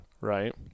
right